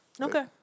Okay